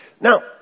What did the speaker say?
Now